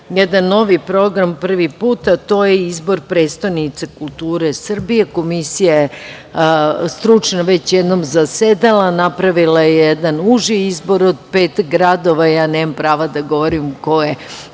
jedan novi program prvi put, a to je izbor prestonice kulture Srbije. Komisija je stručna već jednom zasedala. Napravila jedan uži izbor od pet gradova. Ja nemam prava da govorim ko je